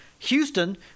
Houston